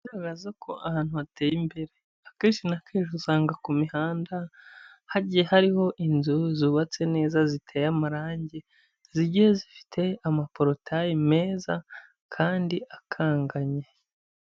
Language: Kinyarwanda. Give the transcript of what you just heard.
Ikigaragaza ko ahantu hateye imbere. Akenshi na kenshi usanga ku mihanda hagiye hariho inzu zubatse neza ziteye amarangi, zigiye zifite amaporotaye meza kandi akanganye.